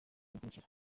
y’amategeko